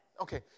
Okay